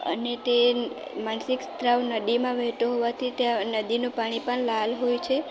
અને તે માનસિક સ્ત્રાવ નદીમાં વહેતો હોવાથી ત્યાં નદીનું પાણી પણ લાલ હોય છે